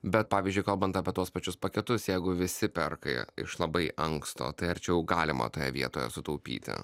bet pavyzdžiui kalbant apie tuos pačius paketus jeigu visi perka iš labai anksto tai arčiau galima toje vietoje sutaupyti